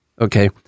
Okay